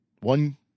one